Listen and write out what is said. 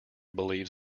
believes